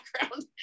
background